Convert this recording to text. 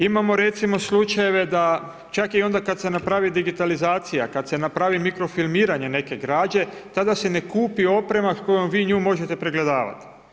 Imamo recimo slučajeve da čak i onda kad se napravi digitalizacija, kad se napravi mikrofilmiranje neke građe, tada se ne kupi oprema s kojom vi nju možete pregledavati.